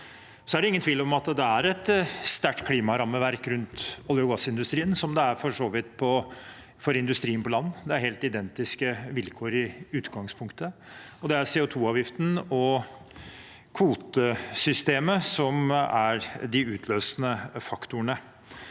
det er et sterkt klimarammeverk rundt olje- og gassindustrien, slik det for så vidt er for industrien på land. Det er helt identiske vilkår i utgangspunktet, og det er CO2-avgiften og kvotesystemet som er de utløsende faktorene.